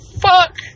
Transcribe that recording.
fuck